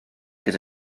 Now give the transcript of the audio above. gyda